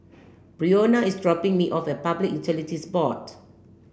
Brionna is dropping me off at Public Utilities Board